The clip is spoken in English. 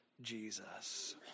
Jesus